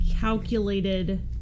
calculated